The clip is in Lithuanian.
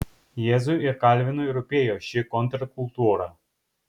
jėzui ir kalvinui rūpėjo ši kontrkultūra